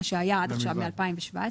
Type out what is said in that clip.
מה שהיה עד עכשיו מ- 2017,